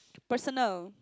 personal